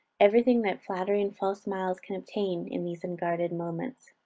every thing that flattery and false smiles can obtain, in these unguarded moments.